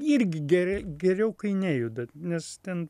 irgi geri geriau kai nejuda nes ten